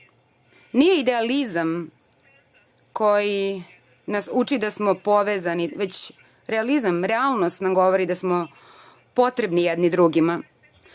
idealizam koji nas uči da smo povezani, već realizam, realnost nam govori da smo potrebni jedni drugima.